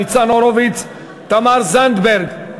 ניצן הורוביץ, תמר זנדברג,